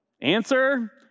Answer